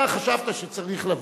אתה חשבת שצריך לבוא.